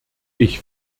ich